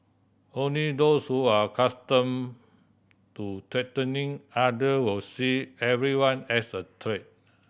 only those who are accustomed to threatening other will see everyone as a threat